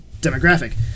demographic